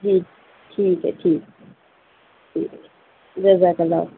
جی ٹھیک ہے ٹھیک ٹھیک ہے جزاک اللہ